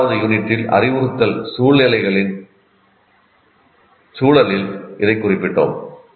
இரண்டாவது யூனிட்டில் அறிவுறுத்தல் சூழ்நிலைகளின் சூழலில் இதைக் குறிப்பிட்டோம்